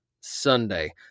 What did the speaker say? Sunday